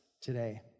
today